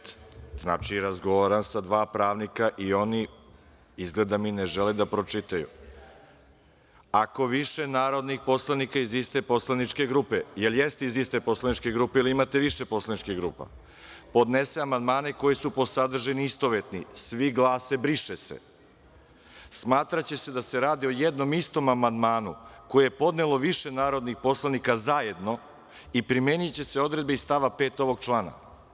Sledeći je zajednički.) Opet, znači razgovaram sa dva pravnika i oni izgleda i ne žele da pročitaju – ako više narodnih poslanika iz iste poslaničke grupe, da li jeste iz iste poslaničke grupe ili imate više poslaničkih grupa, podnese amandmane koji su po sadržini istovetni, svi glase – briše se, smatraće se da se radi o jednom istom amandmanu koji je podnelo više narodnih poslanika zajedno i primeniće se odredbe iz stava 5. ovog člana.